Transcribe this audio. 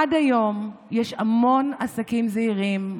עד היום יש המון עסקים זעירים,